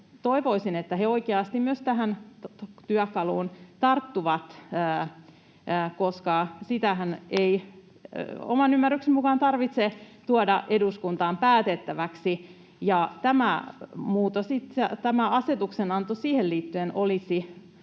Toivoisin, että he oikeasti myös tähän työkaluun tarttuvat, koska sitähän ei oman ymmärrykseni mukaan tarvitse tuoda eduskuntaan päätettäväksi. Tämä muutos, tämä asetuksenanto, siihen liittyen olisi